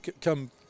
come